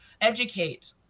educate